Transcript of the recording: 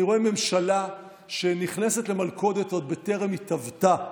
אני רואה ממשלה שנכנסת למלכודת עוד טרם התהוותה.